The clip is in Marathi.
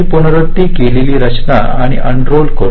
तर ही पुनरावृत्ती केलेली रचना आपण अनरोल करू